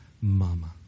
mama